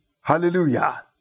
Hallelujah